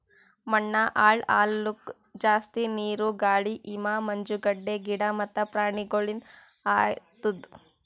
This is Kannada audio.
ಮಣ್ಣ ಹಾಳ್ ಆಲುಕ್ ಜಾಸ್ತಿ ನೀರು, ಗಾಳಿ, ಹಿಮ, ಮಂಜುಗಡ್ಡೆ, ಗಿಡ ಮತ್ತ ಪ್ರಾಣಿಗೊಳಿಂದ್ ಆತುದ್